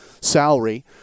salary